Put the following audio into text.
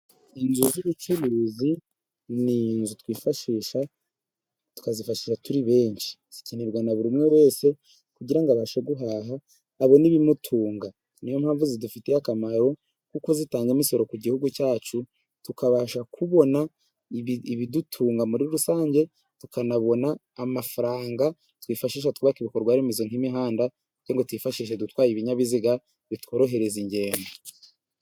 Inzu z'ubucuruzi ni inzu twifashisha tukazifashisha turi benshi, zikenerwa na buri umwe wese kugira ngo abashe guhaha abone ibimutunga, niyo mpamvu zidufitiye akamaro kuko zitanga imisoro ku gihugu cyacu, tukabasha kubona ibidutunga muri rusange, tukanabona amafaranga twifashisha twubaka ibikorwa remezo nk'imihanda, kugira ngo tuyifashishe dutwaye ibinyabiziga bitworohereza ingendo.